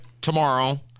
tomorrow